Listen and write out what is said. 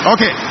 Okay